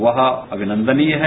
वह अभिनंदनीय है